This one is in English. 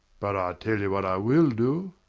but i'll tell what i will do,